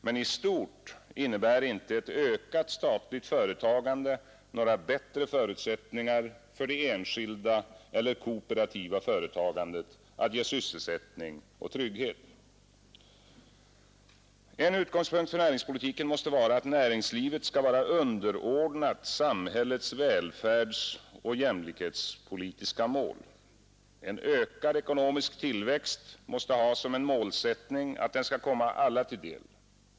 Men i stort innebär inte ett ökat statligt företagande några bättre förutsättningar för det enskilda eller kooperativa företagandet att ge sysselsättning och trygghet. En utgångspunkt för näringspolitiken måste vara att näringslivet skall vara underordnat samhällets välfärdsoch jämlikhetspolitiska mål. En ökad ekonomisk tillväxt måste ha som en målsättning att den skall komma alla till del.